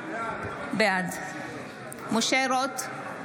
בעד משה רוט,